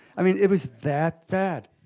i mean, it was that bad.